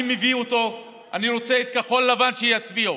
אני מביא אותו, אני רוצה שכחול לבן יצביעו.